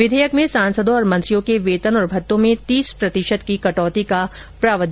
विधेयक में सांसदों और मंत्रियों के वेतन और भत्तों में तीस प्रतिशत की कटौती का प्रावधान है